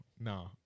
No